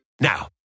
Now